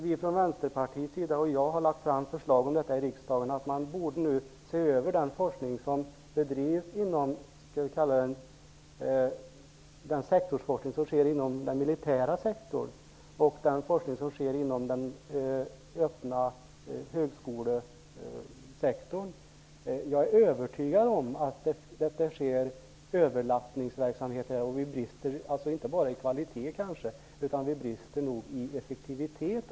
Vi från Vänsterpartiet har lagt fram förslag i riksdagen om att man nu borde se över den sektorsforskning som bedrivs inom den militära sektorn och inom den öppna högskolesektorn. Jag är övertygad om att det här sker en överlappningsverksamhet. Vi i Sverige brister kanske inte bara i kvalitet utan också i effektivitet.